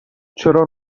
چرا